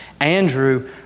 Andrew